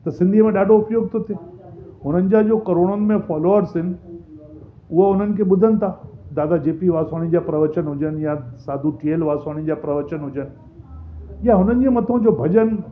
त सिंधीअ में ॾाढो उपयोग थो थिए हुनजा को करोड़नि में फॉलोवर्स आहिनि उहो हुननि खे ॿुधनि था दादा जे पी वासवाणी जा प्रवचन हुजनि या साधू थियल जा प्रवचन हुजनि या हुननि जे मथो जो भॼन